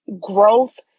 growth